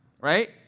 right